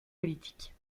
politiques